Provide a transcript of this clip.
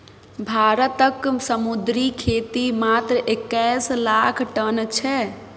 भारतक समुद्री खेती मात्र एक्कैस लाख टन छै